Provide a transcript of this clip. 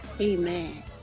Amen